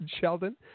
Sheldon